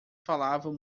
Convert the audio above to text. falavam